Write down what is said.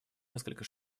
несколько